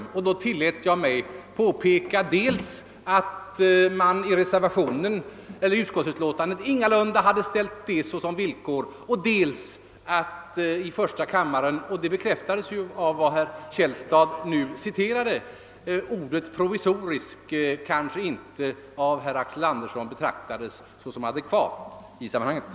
Då tillät jag mig påpeka dels att man i utskottets utlåtande ingalunda hade ställt det som villkor, dels att ordet provisorisk kanske inte av herr Axel Andersson i första kammaren betraktades som adekvat i sammanhanget, och det har ju nu bekräftats av det citat herr Källstad här återgav.